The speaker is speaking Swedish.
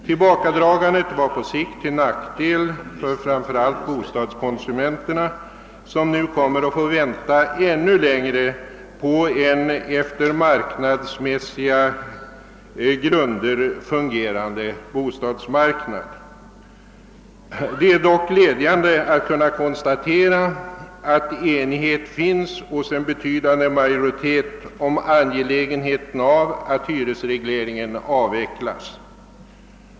Tillbakadragandet var på sikt till nackdel för framför allt bostadskonsumenterna, som nu kommer att få vänta ännu längre på en efter marknadsmässiga normer fungerande bostadsmarknad. Det är dock glädjande att kunna konstatera, att enighet råder hos en betydande majoritet om angelägenheten av att hyresregleringen avvecklas.